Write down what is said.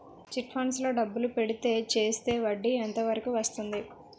Chit funds లో డబ్బులు పెడితే చేస్తే వడ్డీ ఎంత వరకు వస్తుంది?